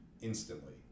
instantly